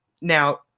Now